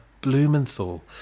Blumenthal